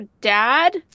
dad